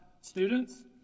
students